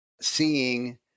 seeing